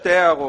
שתי הערות.